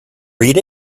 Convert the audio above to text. read